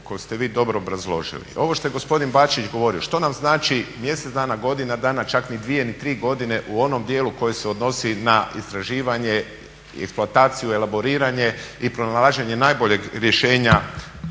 koje ste vi dobro obrazložili. Ovo što je gospodin Bačić govorio što nam znači mjesec dana, godina dana, čak ni dvije ni tri godine u onom dijelu koji se odnosi na istraživanje i eksploataciju, elaboriranje i pronalaženje najboljeg rješenja